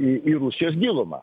į į rusijos gilumą